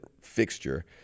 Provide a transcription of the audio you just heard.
fixture